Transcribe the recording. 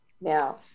now